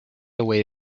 away